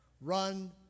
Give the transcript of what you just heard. Run